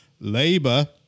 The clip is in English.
Labour